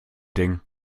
ding